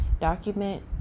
Document